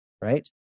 right